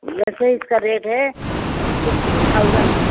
ویسے اس کا ریٹ ہے سکسٹی تھاؤزن